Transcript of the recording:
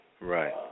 Right